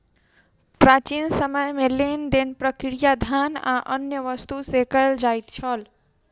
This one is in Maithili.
प्राचीन समय में लेन देन प्रक्रिया धान आ अन्य वस्तु से कयल जाइत छल